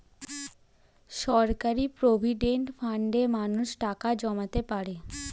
সরকারি প্রভিডেন্ট ফান্ডে মানুষ টাকা জমাতে পারে